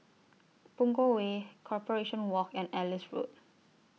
Punggol Way Corporation Walk and Ellis Road